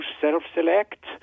self-select